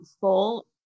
full